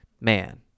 Man